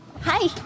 Hi